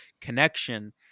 connection